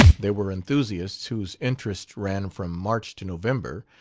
there were enthusiasts whose interest ran from march to november.